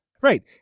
Right